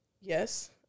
yes